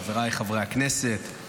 חבריי חברי הכנסת,